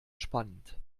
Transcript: spannend